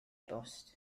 bost